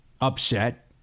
upset